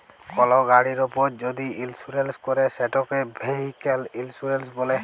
call গাড়ির উপর যদি ইলসুরেলস ক্যরে সেটকে ভেহিক্যাল ইলসুরেলস ব্যলে